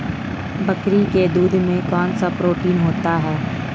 बकरी के दूध में कौनसा प्रोटीन होता है?